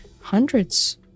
hundreds